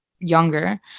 younger